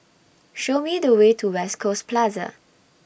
Show Me The Way to West Coast Plaza